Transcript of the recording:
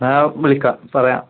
എന്നാൽ ഞാൻ വിളിക്കാം പറയാം